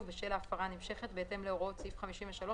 בשל ההפרה הנמשכת בהתאם להוראות סעיף 53,